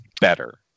better